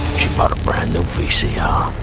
she bought a brand new vcr,